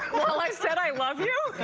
um i said i love you?